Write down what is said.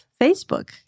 Facebook